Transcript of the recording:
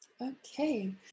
okay